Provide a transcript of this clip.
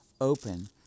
open